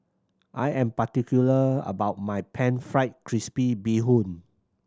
I am particular about my Pan Fried Crispy Bee Hoon